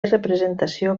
representació